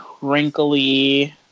wrinkly